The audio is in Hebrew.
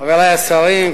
חברי השרים,